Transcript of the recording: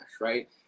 right